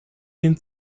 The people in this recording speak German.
den